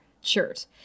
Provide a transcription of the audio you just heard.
shirt